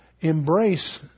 embrace